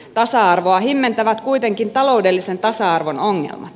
tasa arvoa himmentävät kuitenkin taloudellisen tasa arvon ongelmat